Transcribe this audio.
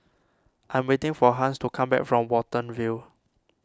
I am waiting for Hans to come back from Watten View